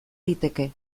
liteke